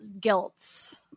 guilt